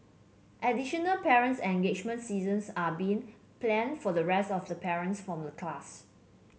additional parent engagement seasons are being plan for the rest of the parents from the class